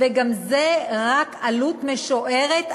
וגם זה רק עלות משוערת,